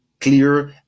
clear